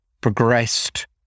progressed